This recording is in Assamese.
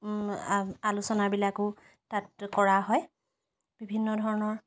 আলোচনাবিলাকো তাত কৰা হয় বিভিন্ন ধৰণৰ